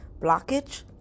blockage